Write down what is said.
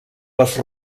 les